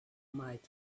might